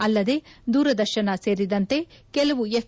ಅಲ್ಲದೇ ದೂರದರ್ಶನೆ ಸೇರಿದಂತೆ ಕೆಲವು ಎಫ್